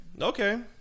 Okay